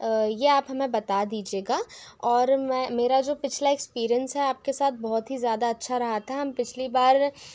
ये आप हमें बता दीजिएगा और मैं मेरा जो पिछला जो एक्सपीरियंस है आपके साथ बहुत ही ज़्यादा अच्छा रहा था हम पिछली बार